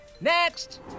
Next